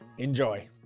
Enjoy